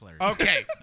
Okay